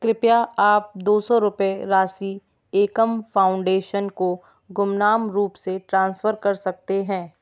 कृपया आप दो सौ रुपये राशि एकम फाउंडेशन को गुमनाम रूप से ट्रांसफ़र कर सकते हैं